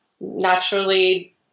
naturally